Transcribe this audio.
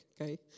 okay